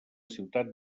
ciutat